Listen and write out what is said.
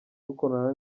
rukorana